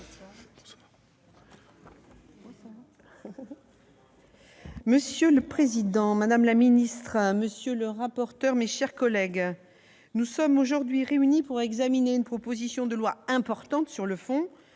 Monsieur le président, madame la secrétaire d'État, mes chers collègues, nous sommes aujourd'hui réunis pour examiner une proposition de loi importante sur le fond,